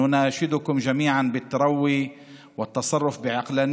אנו קוראים לכולכם להפעיל שיקול דעת